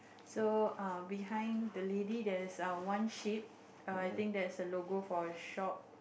so err behind the lady there's err one sheep err I think that's a logo for a shop